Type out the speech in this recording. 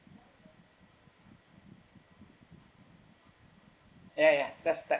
ya ya let's start